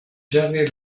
jerry